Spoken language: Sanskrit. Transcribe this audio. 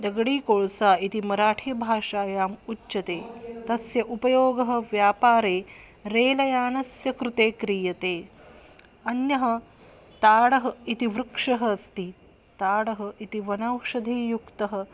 दगडीकोळ्सा इति मराठीभाषायाम् उच्यते तस्य उपयोगः व्यापारे रेल यानस्य कृते क्रियते अन्यः ताडः इति वृक्षः अस्ति ताडः इति वनौषधियुक्तः